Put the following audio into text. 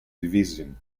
division